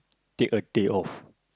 take a day off